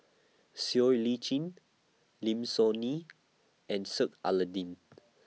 Siow Lee Chin Lim Soo Ngee and Sheik Alau'ddin